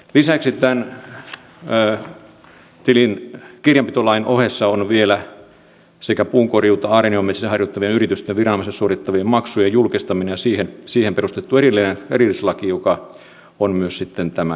lisäksi tämän kirjanpitolain ohessa on vielä puunkorjuuta aarniometsissä harjoittavien yritysten viranomaisille suorittamien maksujen julkistaminen ja siihen perustettu erillislaki joka on myös sitten tämän liitteenä